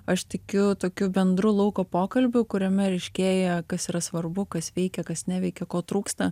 aš tikiu tokiu bendru lauko pokalbiu kuriame ryškėja kas yra svarbu kas veikia kas neveikia ko trūksta